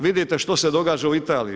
Vidite što se događa u Italiji.